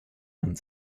and